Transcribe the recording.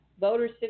Voters